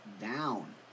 down